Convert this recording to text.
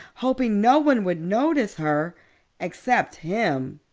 hoping nobody would notice her except him.